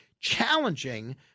challenging